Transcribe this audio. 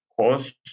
cost